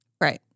right